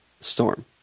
storm